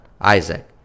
Isaac